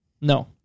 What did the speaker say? No